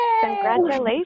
Congratulations